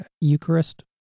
Eucharist